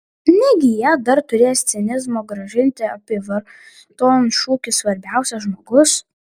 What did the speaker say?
negi jie dar turės cinizmo grąžinti apyvarton šūkį svarbiausia žmogus